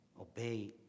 obey